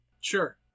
Sure